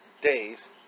days